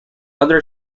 other